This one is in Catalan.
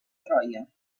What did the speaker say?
troia